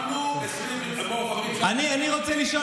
שמנו, דיון רציני ולא פופוליסטי, אני רוצה לשאול